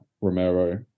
Romero